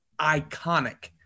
iconic